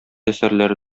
әсәрләре